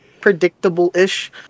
predictable-ish